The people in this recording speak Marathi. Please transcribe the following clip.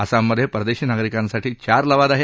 आसाममध्ये परदेशी नागरिकांसाठी चार लवाद आहेत